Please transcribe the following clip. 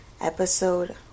Episode